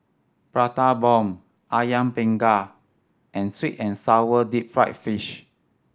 Prata Bomb Ayam Panggang and sweet and sour deep fried fish